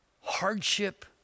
hardship